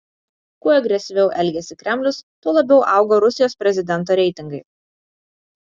kuo agresyviau elgėsi kremlius tuo labiau augo rusijos prezidento reitingai